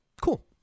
Cool